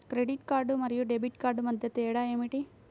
Credit card మరియు debit card మధ్య తేడా ఏమిటి?